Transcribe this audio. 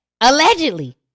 Allegedly